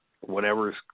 whatever's